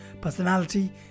personality